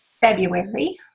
February